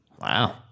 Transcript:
Wow